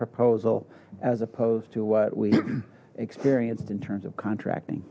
proposal as opposed to what we experienced in terms of contracting